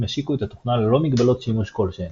ישיקו את התוכנה ללא מגבלות שימוש כלשהן.